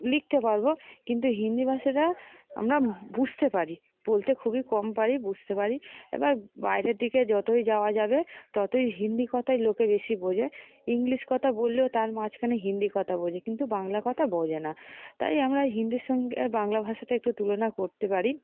লিখতে পারব কিন্তু হিন্দি ভাষাটা আমরা বুঝতে পারি বলতে খুবই কম পারি বুঝতে পারি এবার বাইরের দিকে যতই যাওয়া যাবে ততই হিন্দি কথাই লোকে বেশি বোঝে ইংলিশ কথা বললেও তার মাঝখানে হিন্দি কথা বোঝে কিন্তু বাংলা কথা বোঝে না তাই আমরা হিন্দির সঙ্গে বাংলা ভাষাটা একটু তুলনা করতে পারি